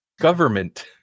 Government